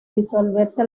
disolverse